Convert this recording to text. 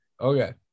okay